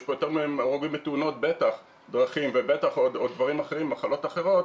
יש פה בטח יותר מהרוגים מתאונות דרכים ומחלות אחרות,